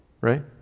right